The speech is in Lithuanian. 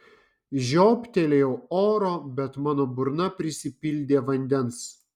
žiobtelėjau oro bet mano burna prisipildė vandens